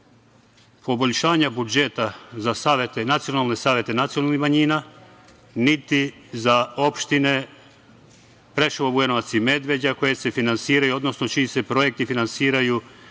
poboljšanja budžeta za nacionalne savete nacionalnih manjina, niti za opštine Preševo, Bujanovac i Medveđa, koje se finansiraju,